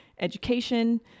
education